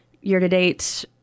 year-to-date